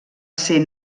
ser